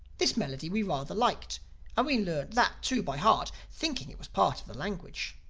this melody we rather liked and we learned that too by heart thinking it was part of the language.